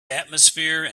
atmosphere